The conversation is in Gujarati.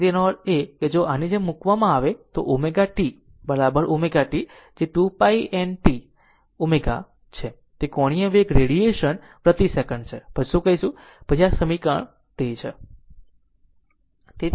તેથી તેનો અર્થ એ કે જો આની જેમ મૂકવામાં આવે તો ω t બરાબર ω t જે 2 π n t is છે તે કોણીય વેગ રેડીયન પ્રતિ સેકંડ છે પછી શું કહીશું પછી આ સમીકરણ તે છે